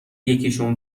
یکیشون